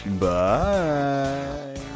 Bye